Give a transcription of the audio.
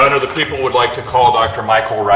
honour, the people would like to call dr michael rafii.